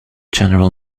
general